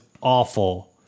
awful